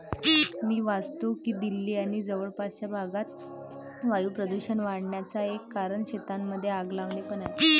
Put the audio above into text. मी वाचतो की दिल्ली आणि जवळपासच्या भागात वायू प्रदूषण वाढन्याचा एक कारण शेतांमध्ये आग लावणे पण आहे